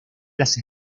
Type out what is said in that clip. las